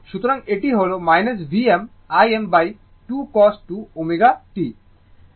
সুতরাং এটি হল Vm Im2 cos 2 ω t